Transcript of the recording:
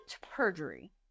perjury